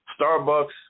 Starbucks